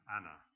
Anna